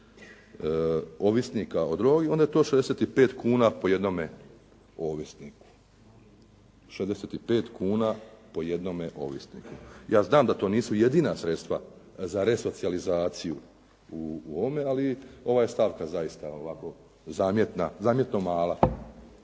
ovisnika o drogi, onda je to 65 kuna po jednome ovisniku. 65 kuna po jednome ovisniku. Ja znam da to nisu jedina sredstva za resocijalizaciju u ovome, ali ova je stavka zaista ovako zamjetno mala